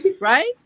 right